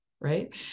right